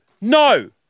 no